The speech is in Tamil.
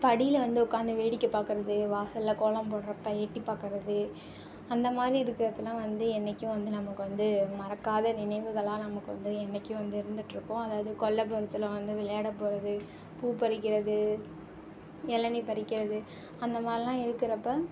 படியில் வந்து உட்காந்து வேடிக்கை பார்க்கறது வாசலில் கோலம் போடுறப்ப எட்டிப் பார்க்கறது அந்த மாதிரி இருக்கறதெல்லாம் வந்து என்னிக்கும் வந்து நமக்கு வந்து மறக்காத நினைவுகளாக நமக்கு வந்து என்னிக்கும் வந்து இருந்துட்டு இருக்கும் அதாவது கொல்லப்புறத்தில் வந்து விளையாட போகிறது பூ பறிக்கிறது இளநி பறிக்கிறது அந்த மாதிரியெல்லாம் இருக்கிறப்ப